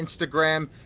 Instagram